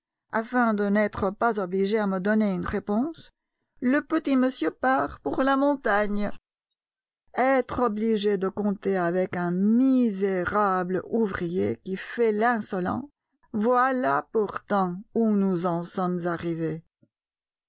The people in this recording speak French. afin de n'être pas obligé à me donner une réponse le petit monsieur part pour la montagne être obligé de compter avec un misérable ouvrier qui fait l'insolent voilà pourtant où nous en sommes arrivés